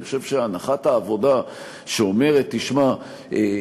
אני חושב שהנחת העבודה שאומרת: "תשמע,